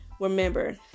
Remember